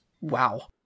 wow